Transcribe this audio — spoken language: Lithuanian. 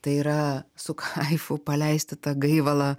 tai yra su kaifu paleisti tą gaivalą